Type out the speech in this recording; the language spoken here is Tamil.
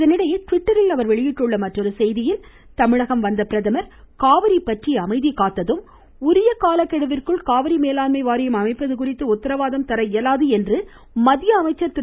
இதனிடையே ட்விட்டரில் அவர் வெளியிட்டுள்ள மற்றொரு செய்தியில் தமிழகம் வந்த பிரதமர் காவிரி பற்றி அமைதி காத்ததும் உரிய காலக்கெடுவிற்குள் காவிரி மேலாண்மை வாரியம் அமைப்பது குறித்து உத்தரவாதம் என்று மத்திய அமைச்சர் திரு